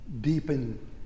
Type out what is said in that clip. deepen